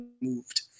moved